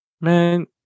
man